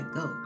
go